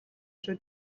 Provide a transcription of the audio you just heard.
шүү